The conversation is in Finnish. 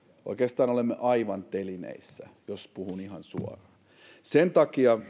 oikeastaan olemme aivan telineissä jos puhun ihan suoraan sen takia